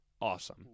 awesome